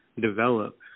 develop